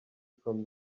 from